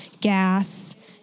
gas